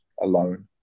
alone